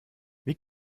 wie